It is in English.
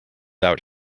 out